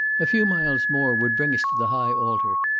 a few miles more would bring us to the high altar,